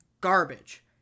garbage